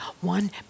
one